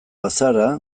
bazara